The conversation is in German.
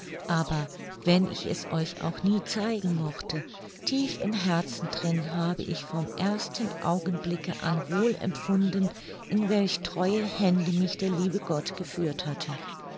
aber wenn ich es euch auch nie zeigen mochte tief im herzen drin habe ich vom ersten augenblicke an wohl empfunden in welch treue hände mich der liebe gott geführt hatte